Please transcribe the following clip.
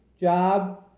job